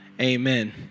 Amen